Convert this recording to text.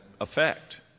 effect